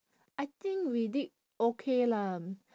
I think we did okay lah